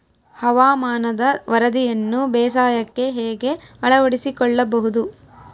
ಹವಾಮಾನದ ವರದಿಯನ್ನು ಬೇಸಾಯಕ್ಕೆ ಹೇಗೆ ಅಳವಡಿಸಿಕೊಳ್ಳಬಹುದು?